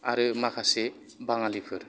आरो माखासे बाङालिफोर